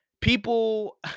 people